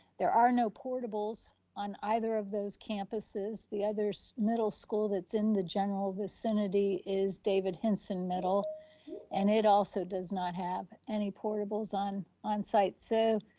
there are no portables on either of those campuses, the other middle school that's in the general vicinity is david hinson middle and it also does not have any portables on on site. so